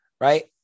right